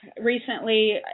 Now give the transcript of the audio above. recently